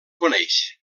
coneix